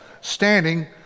standing